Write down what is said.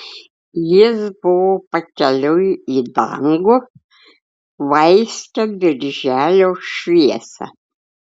jis buvo pakeliui į dangų vaiskią birželio šviesą